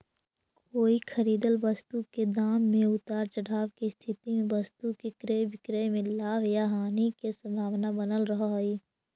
कोई खरीदल वस्तु के दाम में उतार चढ़ाव के स्थिति में वस्तु के क्रय विक्रय में लाभ या हानि के संभावना बनल रहऽ हई